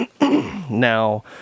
Now